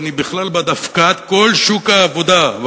אני בכלל בעד הפקעת כל שוק העבודה,